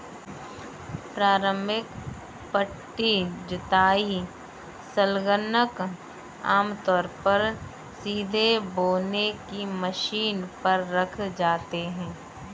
प्रारंभिक पट्टी जुताई संलग्नक आमतौर पर सीधे बोने की मशीन पर रखे जाते थे